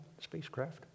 spacecraft